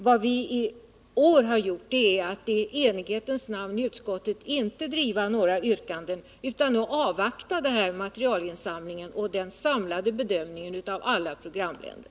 Vad vi i år har gjort är att vi i enighetens namn i utskottet inte har drivit några yrkanden utan avvaktar denna materialinsamling och den samlade bedömningen av programländer.